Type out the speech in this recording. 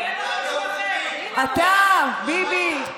הפעם "ביבי"?